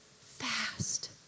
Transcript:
fast